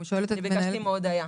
אני ביקשתי מהודיה.